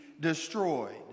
destroyed